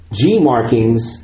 gmarkings